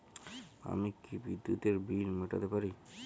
আমি কি বিদ্যুতের বিল মেটাতে পারি?